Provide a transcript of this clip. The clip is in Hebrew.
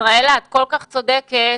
את כל כך צודקת.